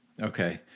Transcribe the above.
Okay